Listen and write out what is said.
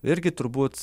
irgi turbūt